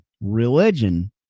religion